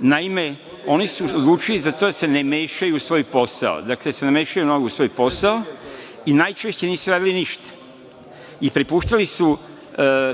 Naime, oni su odlučili da se mešaju u svoj posao, da se ne mešaju mnogo u svoj posao i najčešće nisu radili ništa i